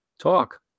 talk